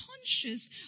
conscious